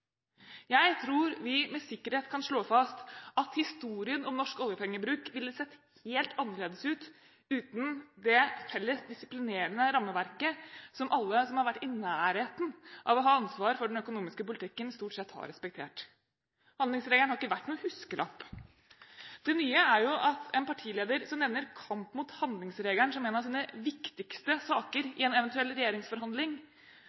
Jeg tror vi med sikkerhet kan slå fast at historien om norsk oljepengebruk ville sett helt annerledes ut uten det felles disiplinerende rammeverket som alle som har vært i nærheten av å ha ansvar for den økonomiske politikken, stort sett har respektert. Handlingsregelen har ikke vært noen huskelapp. Det nye er jo at en partileder som nevner kamp mot handlingsreglene som en av sine viktigste